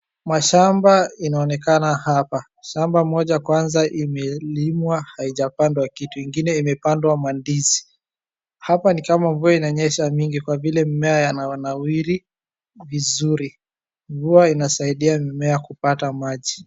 Mashamba inaonekana hapa. Shamba moja kwaza imelimwa haijapandwa kitu, ingine imepandwa mandizi. Hapa ni kama mvua inanyesha mingi kwa vile mimea yananawiri vizuri. Mvua inasaidia mimea kupata maji.